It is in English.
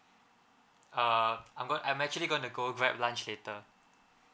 uh I'm gonna I'm actually gonna go grab lunch later